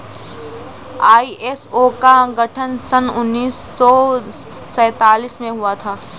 ISO का गठन सन उन्नीस सौ सैंतालीस में हुआ था